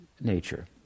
nature